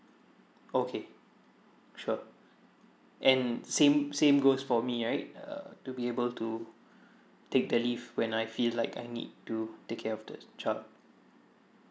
okay sure and same same goes for me right err to be able to take the leave when I feel like I need to take care of the child